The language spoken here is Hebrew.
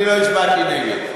אני לא הצבעתי נגד.